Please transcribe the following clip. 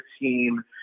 team